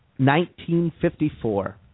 1954